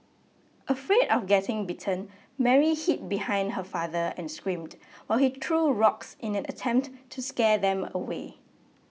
afraid of getting bitten Mary hid behind her father and screamed while he threw rocks in an attempt to scare them away